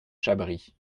chabris